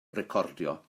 recordio